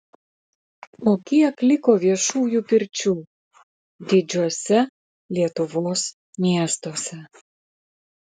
o kiek liko viešųjų pirčių didžiuose lietuvos miestuose